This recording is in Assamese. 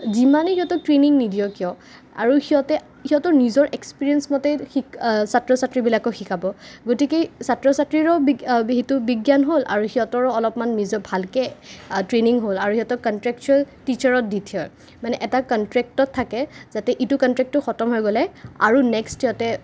যিমানে সিহঁতক ট্ৰেইনিং নিদিয়ক কিয় আৰু সিহঁতে সিহঁতৰ নিজৰ এক্সপিৰিয়েঞ্চ মতেই ছাত্ৰ ছাত্ৰীবিলাকক শিকাব গতিকে ছাত্ৰ ছাত্ৰীৰো জ্ঞান হ'ল আৰু সিহঁতৰো অলপমান নিজৰ ভালকে ট্ৰেইনিং হ'ল আৰু সিহঁতক কণ্ট্ৰেকচ্যুৱেল টিচাৰত দি থয় মানে এটা কণ্ট্ৰেক্টত থাকে যাতে ইটো কণ্ট্ৰেক্টটো খতম হৈ গ'লে আৰু নেক্সট যাতে